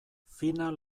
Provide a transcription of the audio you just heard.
final